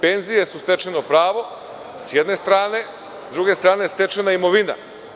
Penzije su stečeno pravo, sa jedne strane, a sa druge strane stečena imovina.